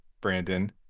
Brandon